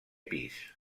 pis